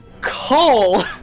Cole